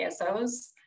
ASOs